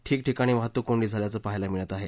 ठीकठिकाणी वाहतूक कोंडी झाल्याचं पाहायला मिळत आहे